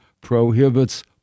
prohibits